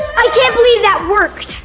i can't believe that worked!